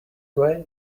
way